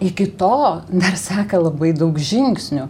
iki to dar seka labai daug žingsnių